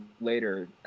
later